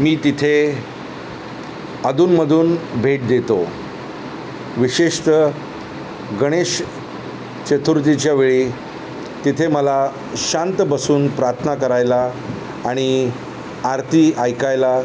मी तिथे अधूनमधून भेट देतो विशेषतः गणेश चतुर्थीच्या वेळी तिथे मला शांत बसून प्रार्थना करायला आणि आरती ऐकायला